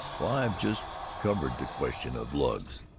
why, i've just covered the question of lugs.